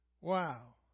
wow